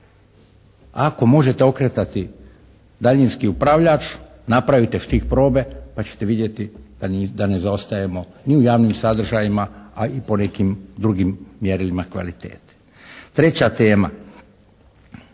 Ako možete okretati daljinski upravljač napravite štih probe pa ćete vidjeti da ne zaostajemo ni u javnim sadržajima a i po nekim drugim mjerilima kvalitete. Treća tema,